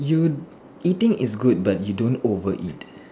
you you think it's good but you don't over it